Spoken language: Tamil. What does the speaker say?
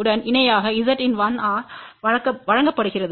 உடன் இணையாக Zin1 ஆல் வழங்கப்படுகிறது